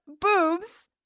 boobs